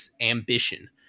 ambition